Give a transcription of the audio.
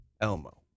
Elmo